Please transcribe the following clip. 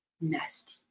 Nasty